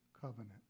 covenant